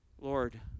Lord